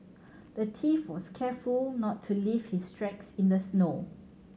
the was careful not to leave his tracks in the snow